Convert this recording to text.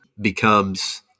becomes